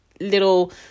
little